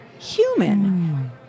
human